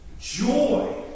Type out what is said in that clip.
joy